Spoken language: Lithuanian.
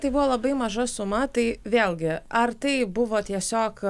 tai buvo labai maža suma tai vėl gi ar tai buvo tiesiog